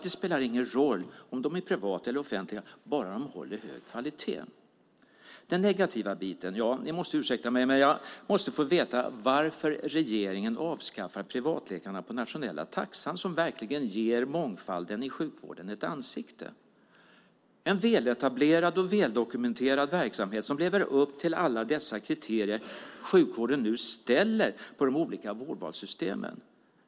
Det spelar ingen roll om de är privata eller offentliga bara de håller hög kvalitet. När det gäller den negativa biten måste ni ursäkta mig. Jag måste få veta varför regeringen avskaffar privatläkarna på den nationella taxan som verkligen ger mångfalden i sjukvården ett ansikte. Det är en väletablerad och väldokumenterad verksamhet som lever upp till alla de kriterier sjukvården nu ställer på de olika vårdvalssystemen.